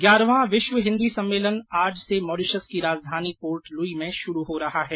ग्यारहवां विश्व हिन्दी सम्मेलन आज से मॉरिशस की राजधानी पोर्ट लुई में शुरू हो रहा है